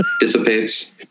dissipates